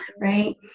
right